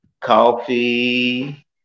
coffee